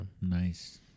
Nice